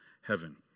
heaven